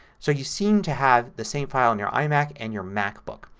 so you seem to have the same file on your imac and your macbook.